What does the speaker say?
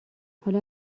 حالا